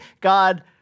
God